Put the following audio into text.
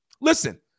Listen